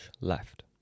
left